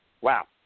wow